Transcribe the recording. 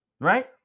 Right